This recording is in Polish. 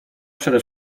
przede